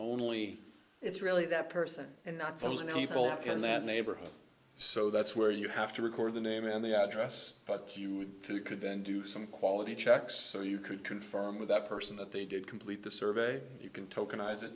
only it's really that person and not so many people in that neighborhood so that's where you have to record the name and the address but you could then do some quality checks so you could confirm with that person that they did complete the survey you can token